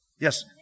Yes